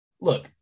Look